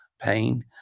pain